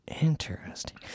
interesting